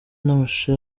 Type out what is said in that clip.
n’amashusho